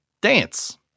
Dance